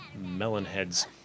Melonheads